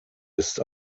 ist